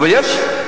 אבל יש,